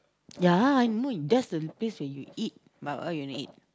ya I know that's the place where you eat but what you gonna eat